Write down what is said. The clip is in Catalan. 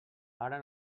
ara